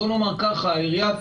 העירייה,